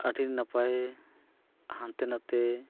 ᱟᱹᱰᱤ ᱱᱟᱯᱟᱭ ᱦᱟᱱᱛᱮᱼᱱᱷᱟᱛᱮ